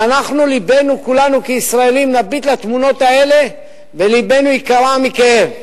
ואנחנו כולנו כישראלים נביט על התמונות האלה ולבנו ייקרע מכאב.